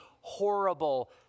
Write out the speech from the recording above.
horrible